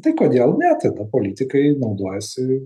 tai kodėl ne teda politikai naudojasi